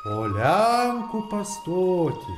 o lenku pastoti